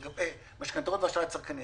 משכנתאות ואשראי צרכני.